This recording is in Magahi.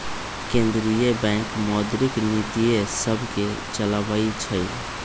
केंद्रीय बैंक मौद्रिक नीतिय सभके चलाबइ छइ